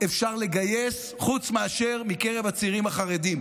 אפשר לגייס חוץ מאשר מקרב הצעירים החרדים.